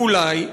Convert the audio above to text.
אולי,